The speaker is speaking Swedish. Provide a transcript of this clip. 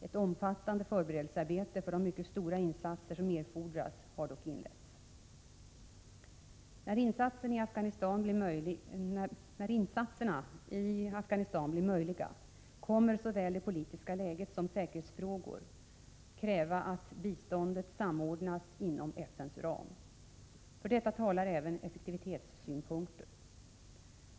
Ett omfattande förberedelsearbete för de mycket stora insatser som erfordras har dock inletts. När insatser i Afghanistan blir möjliga kommer såväl det politiska läget som säkerhetsfrågor att kräva att biståndet samordnas inom FN:s ram. För detta talar även effektivitetssynpunkter.